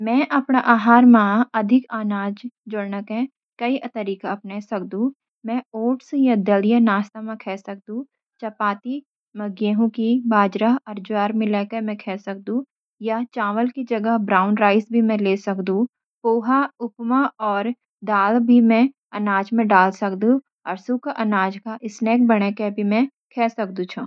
मैं अपडा आहार म ज्यादा अनाज जोड़न के कई तरीका अपने सकदू, मैं ओट्स या दलिया नाश्ते म खा सक्दु, चपाती में गेंहू, बाजरा अर ज्वार मिलके खा सकदु, या चावल की जगह ब्राउन राइस ले सक्त। पोहा, उपमा अर दाल म भी अनाज डाल सक्त, अर सूखे अनाज का स्नैक बनाके की भी मैं खा सकदु।